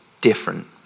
different